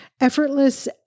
effortless